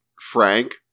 frank